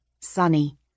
sunny